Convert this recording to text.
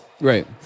Right